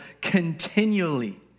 continually